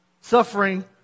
suffering